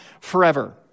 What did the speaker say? forever